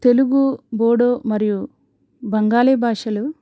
తెలుగు బోడో మరియు బెంగాలీ భాషలు